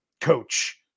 coach